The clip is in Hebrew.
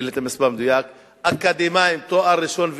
אין לי המספר המדויק, אקדמאים, תואר ראשון ושני,